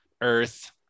earth